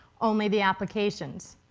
only the applications.